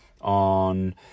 on